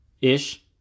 Ish